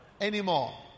anymore